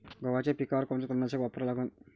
गव्हाच्या पिकावर कोनचं तननाशक वापरा लागन?